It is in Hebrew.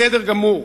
בסדר גמור.